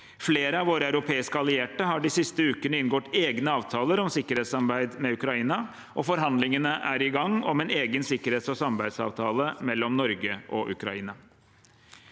Flere av våre europeiske allierte har de siste ukene inngått egne avtaler om sikkerhetssamarbeid med Ukraina. Forhandlingene er i gang om en egen sikkerhets- og samarbeidsavtale mellom Norge og Ukraina.